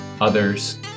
others